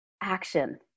action